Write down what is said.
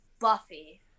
Buffy